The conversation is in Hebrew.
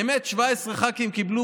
האמת היא ש-17 חברי כנסת,